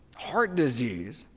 heart disease,